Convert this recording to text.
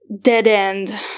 dead-end